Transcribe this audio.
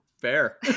Fair